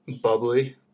Bubbly